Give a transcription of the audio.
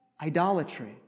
Idolatry